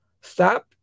stop